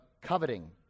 coveting